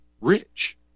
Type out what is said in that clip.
rich